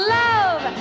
love